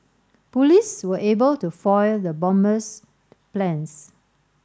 police were able to foil the bomber's plans